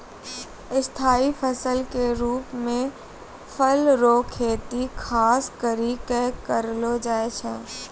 स्थाई फसल के रुप मे फल रो खेती खास करि कै करलो जाय छै